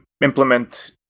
implement